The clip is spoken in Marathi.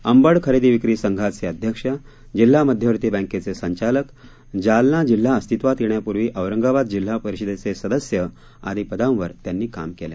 अंबड खरेदी विक्री संघांचे अध्यक्ष जिल्हा मध्यवर्ती बँकेचे संचालक जालना जिल्हा अस्तित्वात येण्यापूर्वी औरंगाबाद जिल्हा परिषदेचे सदस्य आदी पदांवर त्यांनी काम केलं